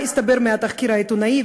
מה שהתברר מהתחקיר העיתונאי,